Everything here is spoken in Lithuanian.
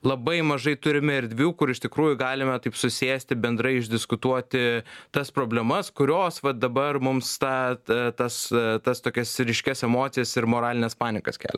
labai mažai turime erdvių kur iš tikrųjų galima taip susėsti bendrai išdiskutuoti tas problemas kurios va dabar mums tą tas tas tokias ryškias emocijas ir moralines panikas kelia